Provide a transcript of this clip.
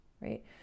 right